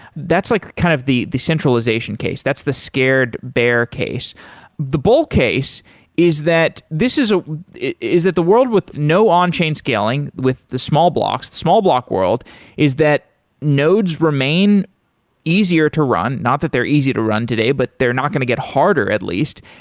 that's like kind of the the centralization case. that's the scared bear case the bull case is that this is a is that the world with no on-chain scaling with the small blocks, the small block world is that nodes remain easier to run. not that they're easy to run today, but they're not going to get harder at least.